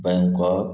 Bangkok